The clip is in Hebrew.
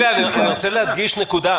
אני רוצה להדגיש נקודה.